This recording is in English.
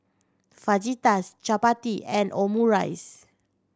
Fajitas Chapati and Omurice